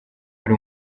ari